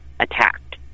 attacked